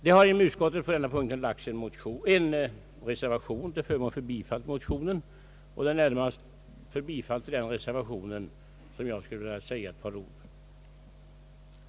Det har fogats en reservation till utskottets utlåtande till förmån för denna motion, och jag vill nu säga några ord för att motivera denna.